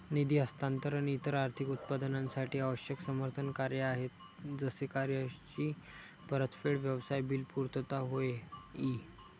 निधी हस्तांतरण इतर आर्थिक उत्पादनांसाठी आवश्यक समर्थन कार्य आहे जसे कर्जाची परतफेड, व्यवसाय बिल पुर्तता होय ई